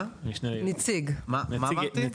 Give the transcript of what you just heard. מה אמרתי?